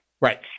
right